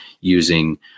using